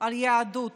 על היהדות